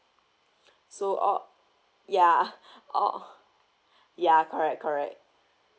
so all ya all ya correct correct